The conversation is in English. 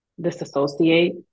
disassociate